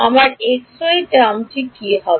আমার xy term কি হবে